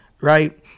Right